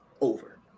Over